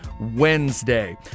Wednesday